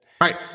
Right